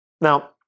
Now